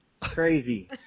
Crazy